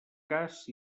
cas